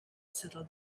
settled